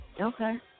Okay